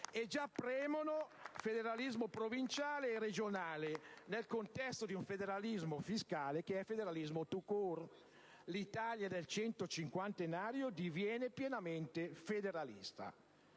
già premono federalismo provinciale e regionale, nel contesto di un federalismo fiscale che è federalismo *tout court*: l'Italia del centocinquantenario diviene pienamente federalista.